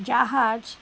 জাহাজ